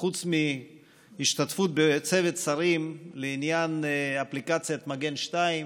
חוץ מהשתתפות בצוות שרים לעניין אפליקציית מגן 2,